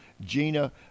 Gina